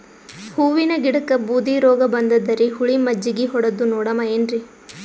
ಹೂವಿನ ಗಿಡಕ್ಕ ಬೂದಿ ರೋಗಬಂದದರಿ, ಹುಳಿ ಮಜ್ಜಗಿ ಹೊಡದು ನೋಡಮ ಏನ್ರೀ?